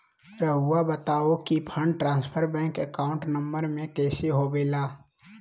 रहुआ बताहो कि fund transfer bank account number में कैसे होबेला?